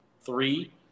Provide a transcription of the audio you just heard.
three